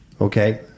okay